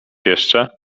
jeszcze